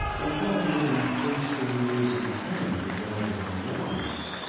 although nearly three score years and ten divided our lives,